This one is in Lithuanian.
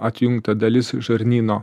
atjungta dalis žarnyno